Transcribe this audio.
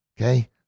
okay